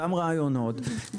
אותם רעיונות,